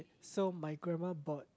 so my grandma bought